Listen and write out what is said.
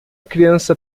criança